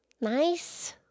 Nice